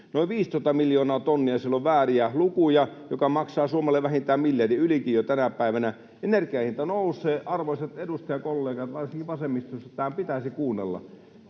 Noin 15 miljoonaa tonnia siellä on vääriä lukuja, mikä maksaa Suomelle vähintään miljardin, ylikin, jo tänä päivänä. Energian hinta nousee. Arvoisat edustajakollegat varsinkin vasemmistossa, tämä pitäisi kuunnella.